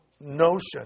notion